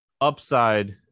upside